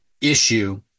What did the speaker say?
issue